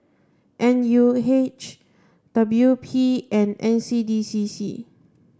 N U H W P and N C D C C